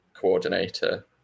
coordinator